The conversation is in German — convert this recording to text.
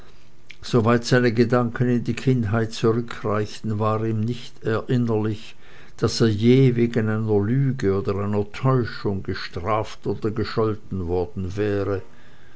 soweit seine gedanken in die kindheit zurückreichten war ihm nicht erinnerlich daß er je wegen einer lüge oder einer täuschung gestraft oder gescholten worden wäre